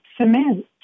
cement